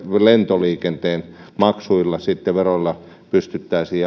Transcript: lentoliikenteen maksuilla veroilla pystyttäisiin